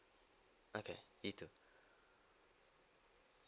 okay you too